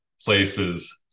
places